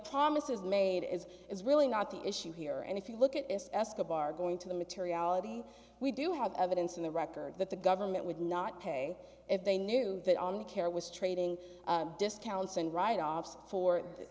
promises made is is really not the issue here and if you look at this escobar going to the materiality we do have evidence in the record that the government would not pay if they knew that only care was trading discounts and write offs for it